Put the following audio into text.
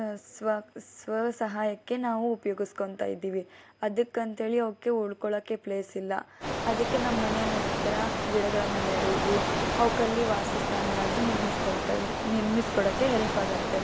ಸ್ವ ಸ್ವ ಸಹಾಯಕ್ಕೆ ನಾವು ಉಪಯೋಗಿಸ್ಕೋತಾ ಇದ್ದೀವಿ ಅದಕ್ಕೆ ಅಂತ್ಹೇಳಿ ಅವುಕ್ಕೆ ಉಳಕೊಳ್ಳೋಕೆ ಪ್ಲೇಸ್ ಇಲ್ಲ ಅದಕ್ಕೆ ನಮ್ಮ ಮನೇ ಹತ್ತಿರ ಗಿಡಗಳನ್ನು ನೆಡೋದು ಅವುಕ್ಕೆ ಅಲ್ಲಿ ವಾಸಸ್ಥಾನವಾಗಿ ನಿರ್ಮಿಸಿ ಕೊಡ್ತೇವೆ ನಿರ್ಮಿಸಿ ಕೊಡೋಕೆ ಹೆಲ್ಪ್ ಆಗುತ್ತೆ